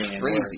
crazy